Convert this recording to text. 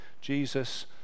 Jesus